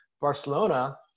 Barcelona